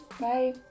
Bye